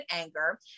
anger